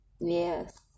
Yes